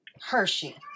Hershey